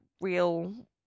real